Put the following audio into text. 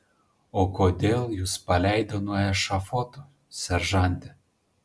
o kodėl jus paleido nuo ešafoto seržante